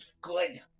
Good